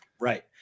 Right